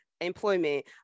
employment